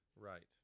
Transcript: Right